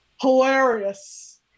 Hilarious